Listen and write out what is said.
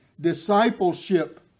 discipleship